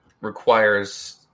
requires